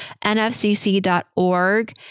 nfcc.org